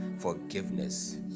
Forgiveness